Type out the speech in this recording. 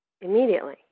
immediately